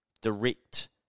direct